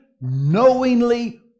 knowingly